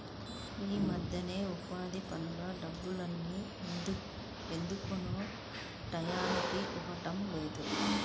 యీ మద్దెన ఉపాధి పనుల డబ్బుల్ని ఎందుకనో టైయ్యానికి ఇవ్వడం లేదు